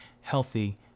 healthy